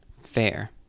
fair